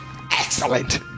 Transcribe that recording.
excellent